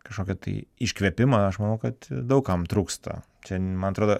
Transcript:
kažkokio tai iškvėpimą aš manau kad daug kam trūksta čia man atrodo